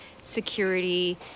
security